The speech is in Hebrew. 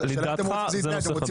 לדעתך זה נושא חדש.